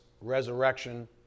resurrection